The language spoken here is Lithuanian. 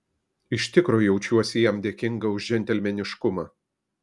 iš tikro jaučiuosi jam dėkinga už džentelmeniškumą